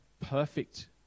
perfect